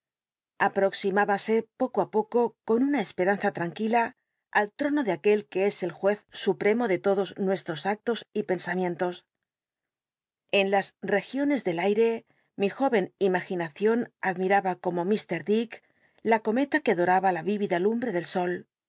mábase poco i poco con una esperanza tranquila al trono de aquel que es el juez supremo de l odos nuest i'os acto y pcn samientos en las regiones del aire mi jóen imaginacion admiraba como m dick la cometa que doraba la y íyida lumbre del sol